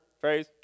phrase